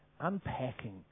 unpacking